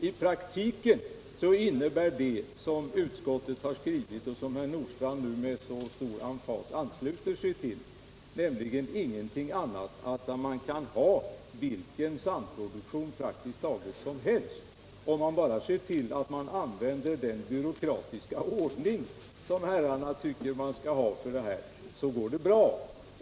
I praktiken innebär det som utskottet har skrivit och som herr Nordstrandh nu med så stor emfas ansluter sig till ingenting annat än att man kan ha praktiskt taget vilken samproduktion som helst. Om man bara ser till att man använder den byråkratiska ordning som herrarna tycker att man skall ha så går det bra.